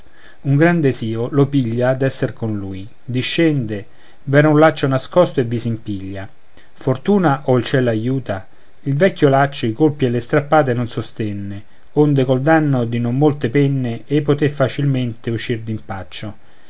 un gran desìo lo piglia d'esser con lui discende v'era un laccio nascosto e vi s'impiglia fortuna o il ciel l'aiuta il vecchio laccio i colpi e le strappate non sostenne onde col danno di non molte penne ei poté facilmente uscir